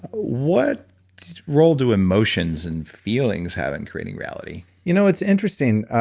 what role do emotions and feelings have in creating reality? you know, it's interesting.